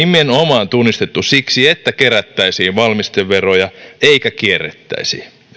tunnistettu nimenomaan siksi että kerättäisiin valmisteveroja eikä kierrettäisi